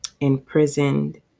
imprisoned